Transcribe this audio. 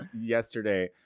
yesterday